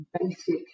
basic